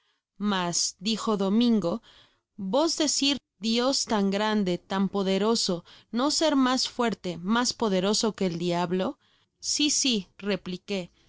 mas dijo domingo vos decir dios tan grande tan poderoso no ser mas fuerte mas poderoso que el diahlo si si repliqué